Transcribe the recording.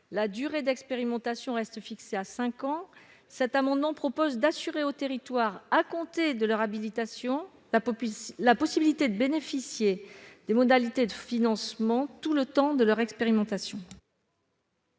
La durée de l'expérimentation reste fixée à cinq ans. Il s'agit d'assurer aux territoires, à compter de leur habilitation, la possibilité de bénéficier des modalités de financement tout le temps de leur expérimentation.